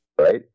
right